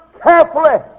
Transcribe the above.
carefully